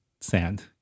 sand